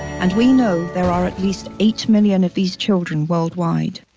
and we know there are at least eight million of these children worldwide